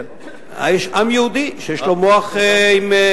יש עם יהודי שיש לו מוח עם,